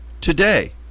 today